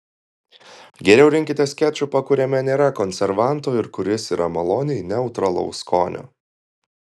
geriau rinkitės kečupą kuriame nėra konservantų ir kuris yra maloniai neutralaus skonio